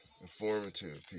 Informative